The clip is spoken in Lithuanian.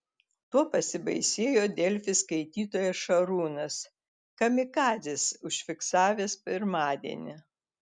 tuo pasibaisėjo delfi skaitytojas šarūnas kamikadzes užfiksavęs pirmadienį